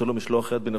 לשלוח יד בנפשו.